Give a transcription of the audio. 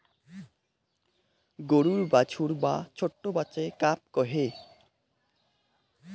গরুর বাছুর বা ছোট্ট বাচ্চাকে কাফ কহে